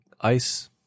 ice